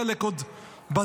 חלק עוד בדרך,